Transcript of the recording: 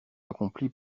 accomplis